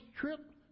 trip